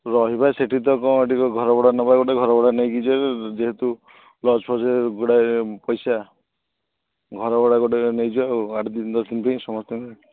ରହିବା ସେଇଠି ତ କ'ଣ ଗୋଟେ ଘରଭଡା ନେବା ଗୋଟେ ଘରଭଡା ନେଇକି ଯେହେତୁ ଲଜ୍ ଫଜ୍ରେ ଗୁଡ଼ାଏ ପଇସା ଘରଭଡା ଗୋଟେ ନେଇଯିବା ଆଉ ଆଠ ଦିନ ଦଶ ଦିନ ପାଇଁ ସମସ୍ତଙ୍କ